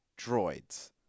droids